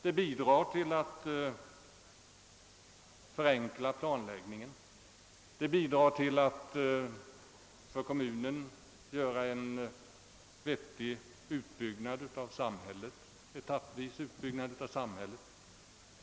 Det bidrar till att förenkla planläggningen. Det underlättar för kommunen att etappvis genomföra en vettig utbyggnad av samhället.